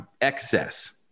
excess